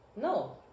no